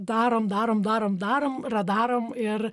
darom darom darom darom radarom ir